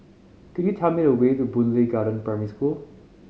could you tell me the way to Boon Lay Garden Primary School